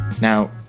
Now